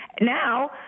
now